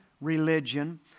religion